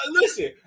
Listen